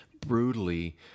brutally